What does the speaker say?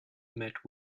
met